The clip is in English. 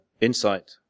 insight